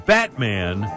Batman